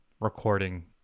recording